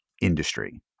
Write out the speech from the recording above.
industry